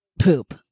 poop